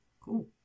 cool